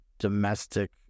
domestic